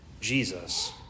Jesus